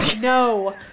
No